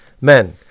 Men